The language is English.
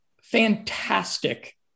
fantastic